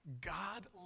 God